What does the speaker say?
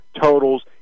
totals